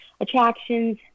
attractions